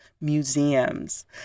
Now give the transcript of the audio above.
museums